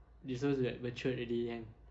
you're supposed to be like matured already and